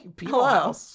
hello